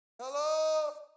Hello